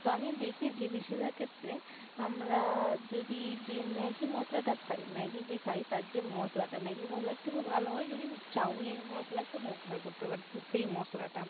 তো আমি দেখেছি বেশিরভাগ ক্ষেত্রে আমরা যদি যে ম্যাগি মশলাটা খাই ম্যাগি যে খাই তার যে মশলাটা ম্যাগি মশলার থেকেও ভালো হয় যদি চাউমিনের মশলাকেও ব্যবহার করতে পারি তো সেই মশলাটা